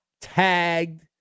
tagged